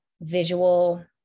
visual